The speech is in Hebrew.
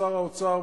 שר האוצר,